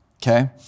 Okay